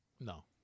No